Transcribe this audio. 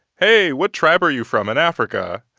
hey, what tribe are you from in africa?